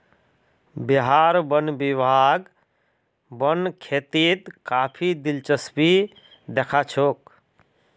बिहार वन विभाग वन खेतीत काफी दिलचस्पी दखा छोक